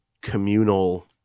communal